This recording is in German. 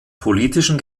politischen